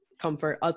comfort